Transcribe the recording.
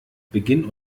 beginn